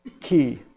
key